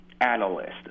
analyst